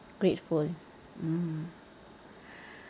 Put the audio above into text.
grateful mm